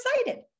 excited